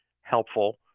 helpful